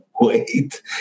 wait